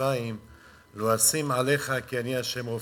במצרים לא אשים עליך כי אני ה' רֹפְאֶךָ".